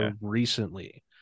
recently